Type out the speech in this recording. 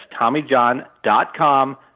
TommyJohn.com